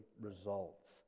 results